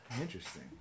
Interesting